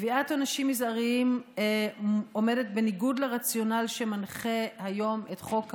קביעת עונשים מזעריים עומדת בניגוד לרציונל שמנחה היום את חוק העונשין,